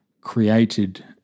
created